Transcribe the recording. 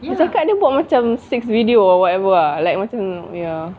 dia cakap dia buat macam six video or whatever ah like macam ya